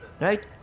right